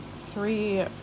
three